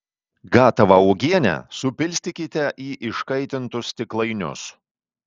gatavą uogienę supilstykite į iškaitintus stiklainius